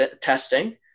testing